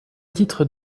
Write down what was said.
titre